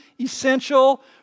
essential